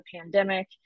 pandemic